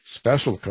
special